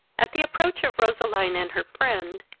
at the approach of roseline and her friend,